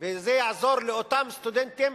וזה יעזור לאותם סטודנטים